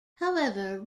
however